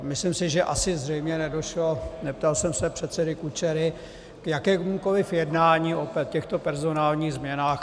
Myslím si, že asi zřejmě nedošlo neptal jsem se předsedy Kučery k jakémukoli jednání o těchto personálních změnách.